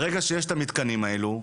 ברגע שיש את המתקנים האלו,